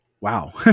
wow